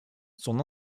son